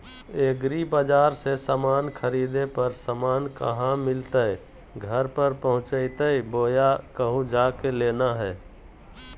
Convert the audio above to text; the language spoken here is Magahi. एग्रीबाजार से समान खरीदे पर समान कहा मिलतैय घर पर पहुँचतई बोया कहु जा के लेना है?